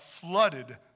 flooded